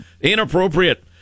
Inappropriate